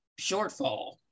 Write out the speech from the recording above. shortfall